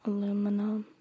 Aluminum